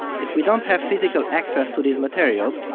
if we don't have physical access to these materials,